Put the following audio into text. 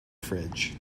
fridge